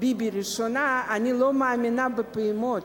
ביבי הראשונה, אני לא מאמינה בפעימות,